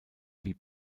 wie